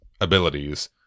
abilities